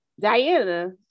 Diana